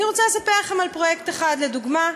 אני רוצה לספר לכם על פרויקט אחד לדוגמה,